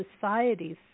societies